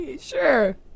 Sure